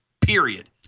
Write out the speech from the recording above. period